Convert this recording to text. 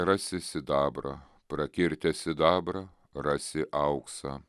rasi sidabrą prakirtęs sidabrą rasi auksą